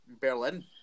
Berlin